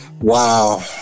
Wow